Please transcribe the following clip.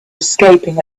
escaping